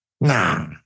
nah